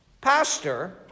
Pastor